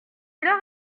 heure